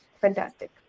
fantastic